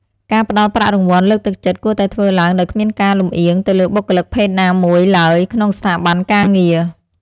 ការផ្តល់ប្រាក់រង្វាន់លើកទឹកចិត្តគួរតែធ្វើឡើងដោយគ្មានការលំអៀងទៅលើបុគ្គលិកភេទណាមួយឡើយក្នុងស្ថាប័នការងារ។